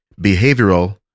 behavioral